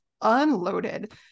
unloaded